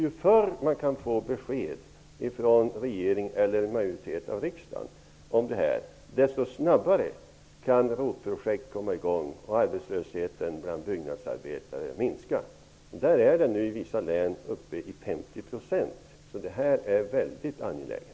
Ju förr man kan få besked om detta från regeringen eller riksdagens majoritet, desto snabbare kan ROT-projekt komma i gång, och därmed kan arbetslösheten bland byggnadsarbetare minska. Arbetslösheten bland byggnadsarbetare är i vissa län uppe i 50 %. Denna fråga är alltså väldigt angelägen.